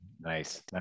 Nice